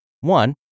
one